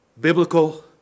biblical